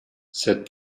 said